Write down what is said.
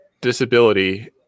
disability